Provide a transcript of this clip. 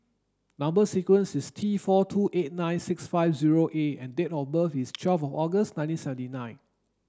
number sequence is T four two eight nine six five zero A and date of birth is twelve August nineteen seventy nine